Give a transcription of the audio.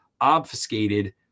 obfuscated